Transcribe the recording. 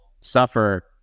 suffer